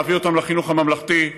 להביא אותם לחינוך הממלכתי,